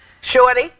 Shorty